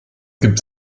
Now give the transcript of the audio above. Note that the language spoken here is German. gibt